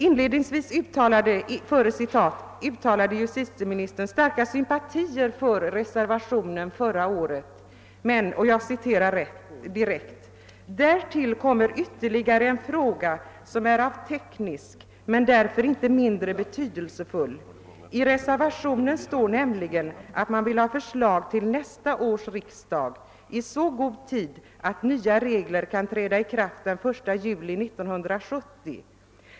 Inledningsvis uttalade justitieministern starka sympatier för reservationen förra året, men sedan sade han: »Därtill kommer ytterligare en fråga som är av teknisk natur men därför inte mindre betydelsefull. I reservationen står nämligen att man vill ha förslag till nästa års riksdag i så god tid att nya regler kan träda i kraft den 1 juli 1970.